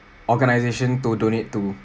organisation to donate to